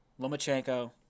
Lomachenko